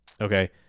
okay